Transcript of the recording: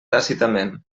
tàcitament